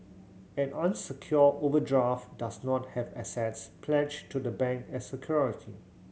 an unsecured overdraft does not have assets pledged to the bank as security